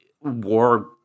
war